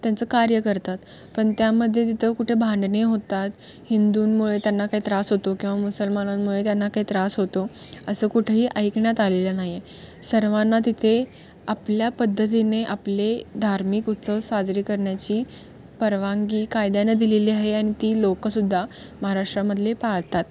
त्यांचं कार्य करतात पण त्यामध्ये तिथं कुठे भांडणे होतात हिंदूंमुळे त्यांना काही त्रास होतो किंवा मुसलमानांमुळे त्यांना काही त्रास होतो असं कुठेही ऐकण्यात आलेलं नाही सर्वांना तिथे आपल्या पद्धतीने आपले धार्मिक उत्सव साजरी करण्याची परवानगी कायद्यानं दिलेली आहे आणि ती लोकं सुद्धा महाराष्ट्रामधले पाळतात